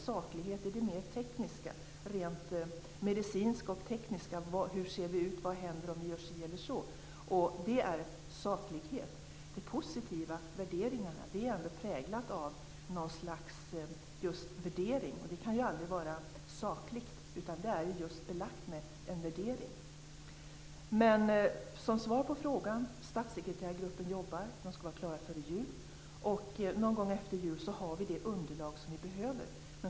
Saklighet är det mer rent medicinska och tekniska om hur vi ser ut och vad som händer om vi gör si eller så. Det är saklighet. De positiva värderingarna är präglade av just en värdering, och de kan aldrig vara sakliga. Svaret på frågan är att statssekreterargruppen jobbar. Den skall vara klar före jul. Någon gång efter jul har vi det underlag som vi behöver.